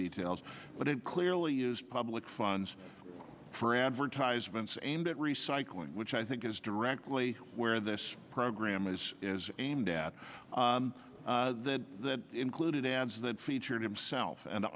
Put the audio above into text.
details but it clearly is public funds for advertisements and it recycling which i think is directly where this program is aimed at that that included ads that featured himself and